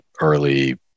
early